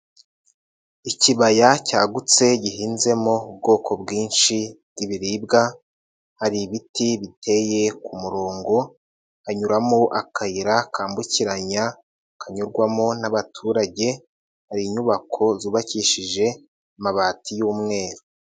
Ikibaya cyagutse gihinzemo ubwoko bwinshi bw'ibiribwa, hari ibiti biteye ku murongo, hanyuramo akayira kambukiranya kanyurwamo n'abaturage, hari inyubako zubakishije amabati y'umweru.